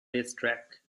racetrack